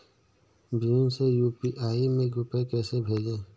भीम से यू.पी.आई में रूपए कैसे भेजें?